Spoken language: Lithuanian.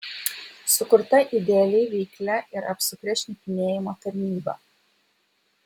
sukurta idealiai veiklia ir apsukria šnipinėjimo tarnyba